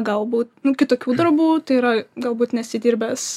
galbūt kitokių darbų tai yra galbūt nesi dirbęs